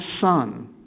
son